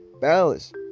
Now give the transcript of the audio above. balance